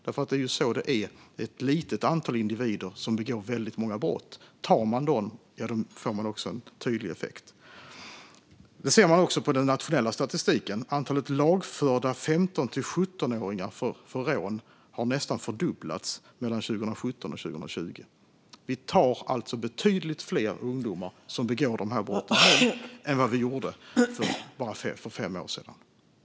Det är nämligen så det är: Det är ett litet antal individer som begår väldigt många brott, och tar man dem får man också en tydlig effekt. Detta ser man också i den nationella statistiken: Antalet 15-17-åringar lagförda för rån har nästan fördubblats mellan 2017 och 2020. Vi tar alltså betydligt fler ungdomar som begår dessa brott än vad vi gjorde för fem år sedan.